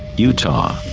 utah,